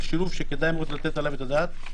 שילוב שכדאי מאוד לתת עליו את הדעת.